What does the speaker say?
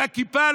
עם הכיפה,